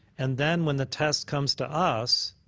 and then when the test comes to us